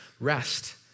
rest